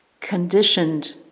conditioned